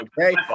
okay